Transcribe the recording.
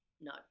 no